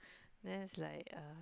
then is like uh